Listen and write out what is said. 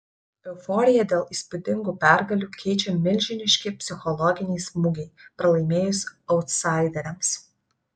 euforiją dėl įspūdingų pergalių keičia milžiniški psichologiniai smūgiai pralaimėjus autsaideriams